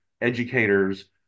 educators